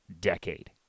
decade